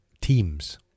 teams